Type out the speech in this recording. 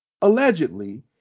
Allegedly